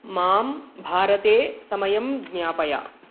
मां भारते समयं ज्ञापय